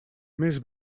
més